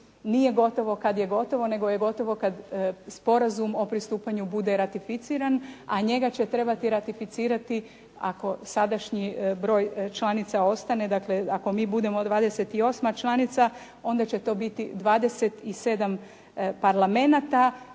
nije gotovo kad je gotovo nego je gotovo kad sporazum o pristupanju bude ratificiran, a njega će trebati ratificirati ako sadašnji broj članica ostane, dakle ako mi budemo 28. članica onda će to biti 27. parlamenta.